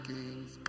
Kings